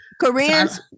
Koreans